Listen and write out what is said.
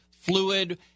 fluid